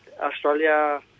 Australia